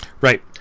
right